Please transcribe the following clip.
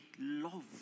love